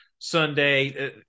Sunday